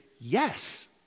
yes